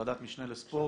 ועדת משנה לספורט,